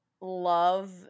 love